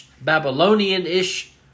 Babylonian-ish